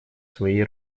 своей